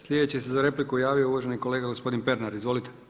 Sljedeći se za repliku javio uvaženi kolega gospodin Pernar, izvolite.